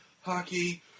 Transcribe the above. hockey